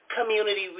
community